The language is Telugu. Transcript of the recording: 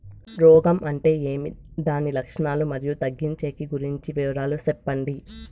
రోగం అంటే ఏమి దాని లక్షణాలు, మరియు తగ్గించేకి గురించి వివరాలు సెప్పండి?